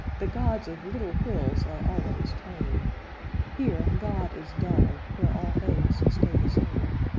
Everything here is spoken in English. the gods of little hills are always tame here god is dull, where all things stay the same.